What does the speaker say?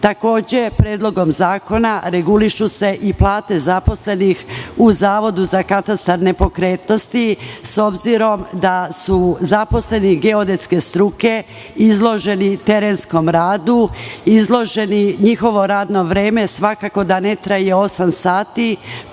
Takođe, Predlogom zakona regulišu se i plate zaposlenih u Zavodu za katastar nepokretnosti, s obzirom da su zaposleni geodetske struke izloženi terenskom radu. Njihovo radno vreme svakako da ne traje osam sati,